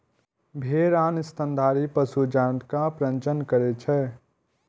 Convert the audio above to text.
भेड़ आन स्तनधारी पशु जकां प्रजनन करै छै